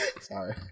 Sorry